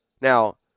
Now